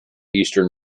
eastern